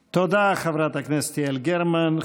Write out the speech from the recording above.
תודה, חברת הכנסת יעל גרמן.